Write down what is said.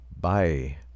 Bye